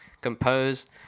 composed